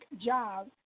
job